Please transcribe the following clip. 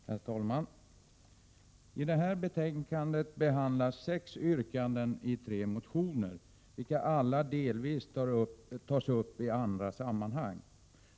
Herr talman! I det här betänkandet behandlas sex yrkanden i tre motioner, 17 mars 1988 vilka alla delvis tas upp i andra sammanhang.